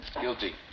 Guilty